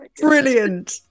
Brilliant